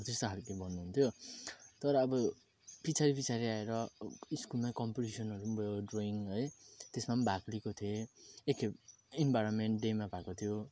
हौ त्यस्तो खालके भन्नुहुन्थ्यो तर अब पछाडि पछाडि आएर स्कुलमै कम्पिटिसनहरू पनि भयो ड्रइङ है त्यसमा पनि भाग लिएको थिएँ एकखेप इन्भाइरोमेन्ट डेमा भएको थियो